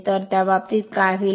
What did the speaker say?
तर त्या बाबतीत काय होईल